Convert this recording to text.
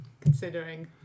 considering